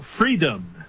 freedom